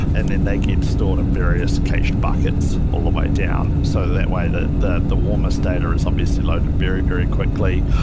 and then they get stored in various caged buckets all the way down so that way the the warmest data is obviously loaded very, very quickly.